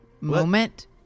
moment